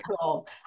cool